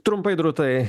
trumpai drūtai